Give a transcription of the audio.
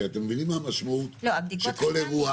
כי אתם מבינים מה המשמעות שכל אירוע